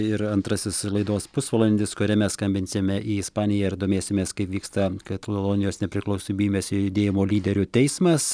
ir antrasis laidos pusvalandis kuriame skambinsime į ispaniją ir domėsimės kaip vyksta katalonijos nepriklausomybės judėjimo lyderių teismas